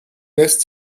lässt